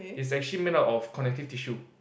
it's actually made up of connective tissue